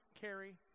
carry